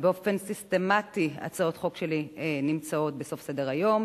באופן סיסטמטי הצעות החוק שלי נמצאות בסוף סדר-היום,